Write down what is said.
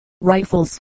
rifles